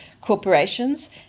corporations